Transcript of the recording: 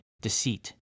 Deceit